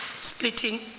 splitting